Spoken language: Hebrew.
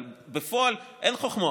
אבל בפועל אין חוכמות,